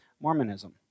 Mormonism